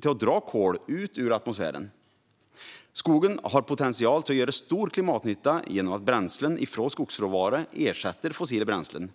till att dra kol ur atmosfären. Skogen har potential att göra stor klimatnytta genom att bränslen från skogsråvara ersätter fossila bränslen.